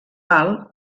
alt